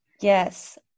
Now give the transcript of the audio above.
Yes